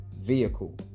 vehicle